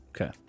Okay